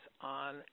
on